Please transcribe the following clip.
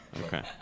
Okay